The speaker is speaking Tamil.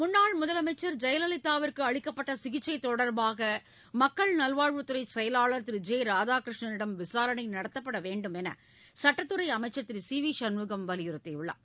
முன்னாள் முதலமைச்சர் ஜெயலலிதாவுக்கு அளிக்கப்பட்ட சிகிச்சை தொடர்பாக மக்கள் நல்வாழ்வுத்துறை செயலாளர் திரு ஜெ ராதாகிருஷ்ணனிடம் விசாரணை நடத்தப்பட வேண்டும் என சட்டத்துறை அமைச்சர் திரு சி வி சண்முகம் வலியுறுத்தியுள்ளார்